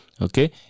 Okay